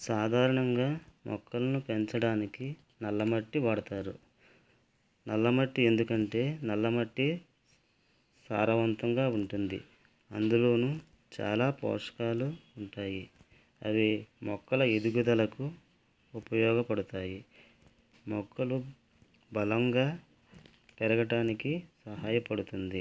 సాధారణంగా మొక్కలను పెంచడానికి నల్ల మట్టి వాడతారు నల్లమట్టి ఎందుకంటే నల్ల మట్టి సారవంతంగా ఉంటుంది అందులోనూ చాలా పోషకాలు ఉంటాయి అవి మొక్కల ఎదుగుదలకు ఉపయోగపడతాయి మొక్కలు బలంగా పెరగడానికి సహాయపడుతుంది